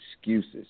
excuses